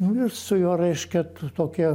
nu ir su juo reiškia tokie